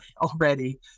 already